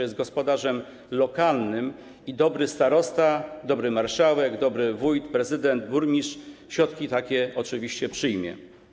Jest on gospodarzem lokalnym, a dobry starosta, dobry marszałek, dobry wójt, prezydent, burmistrz takie środki oczywiście przyjmie.